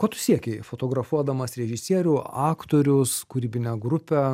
ko tu siekei fotografuodamas režisierių aktorius kūrybinę grupę